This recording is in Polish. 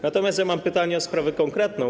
Natomiast mam pytanie o sprawę konkretną.